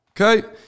Okay